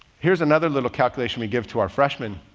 here's another little calculation we give to our freshmen.